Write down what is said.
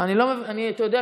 אז תגידי: אני לא מבינה,